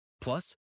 Plus